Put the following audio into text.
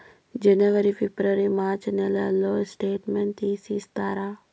జనవరి, ఫిబ్రవరి, మార్చ్ నెలల స్టేట్మెంట్ తీసి ఇస్తారా?